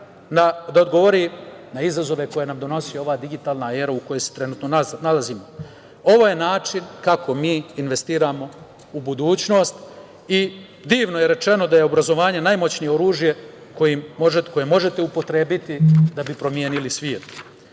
da odgovori na izazove koje nam donosi ova digitalna era u kojoj se trenutno nalazimo. Ovo je način kako mi investiramo u budućnost. Divno je rečeno da je obrazovanje najmoćnije oružje koje možete upotrebiti da bi promenili